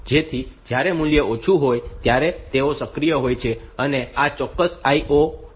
તેથી જ્યારે મૂલ્ય ઓછું હોય ત્યારે તેઓ સક્રિય હોય છે અને આ ચોક્કસ IOM છે